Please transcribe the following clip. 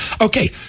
Okay